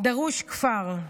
"דרוש כפר.